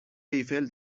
ایفل